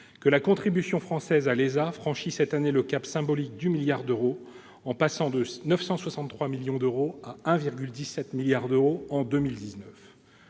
que la contribution française à l'ESA franchit cette année le cap symbolique du milliard d'euros, en passant de 963 millions d'euros à 1,17 milliard d'euros en 2019.